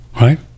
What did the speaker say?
right